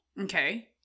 Okay